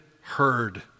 heard